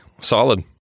Solid